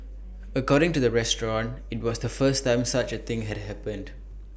according to the restaurant IT was the first time such A thing had happened